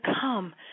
come